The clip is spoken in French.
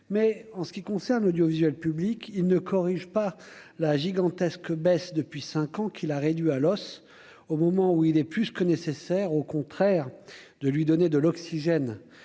mais en ce qui concerne l'audiovisuel public il ne corrige pas la gigantesque baisse depuis 5 ans, qui l'a réduit à l'os, au moment où il est plus que nécessaire, au contraire de lui donner de l'oxygène